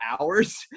hours